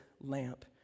lamp